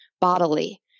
bodily